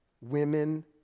Women